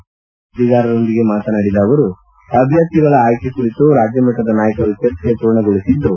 ಬೆಳಗಾವಿಯಲ್ಲಿಂದು ಸುದ್ದಿಗಾರರೊಂದಿಗೆ ಮಾತನಾಡಿದ ಅವರು ಅಭ್ವರ್ಥಿಗಳ ಆಯ್ಕೆ ಕುರಿತು ರಾಜ್ಜಮಟ್ವದ ನಾಯಕರು ಚರ್ಚೆ ಪೂರ್ಣಗೊಳಿಸಿದ್ದು